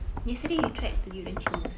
yesterday to tried to give the chicken mousse